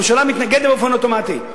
הממשלה מתנגדת באופן אוטומטי.